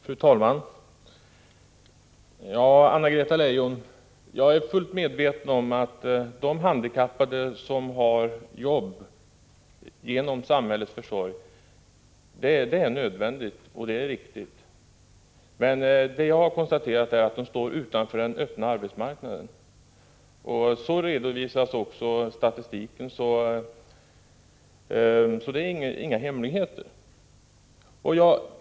Fru talman! Jag är, Anna-Greta Leijon, fullt medveten om det riktiga och nödvändiga i att de handikappade får jobb genom samhällets försorg. Men vad jag har konstaterat är att de står utanför den öppna arbetsmarknaden. Detta redovisas också i statistiken och är alltså ingen hemlighet.